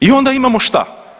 I onda imamo šta?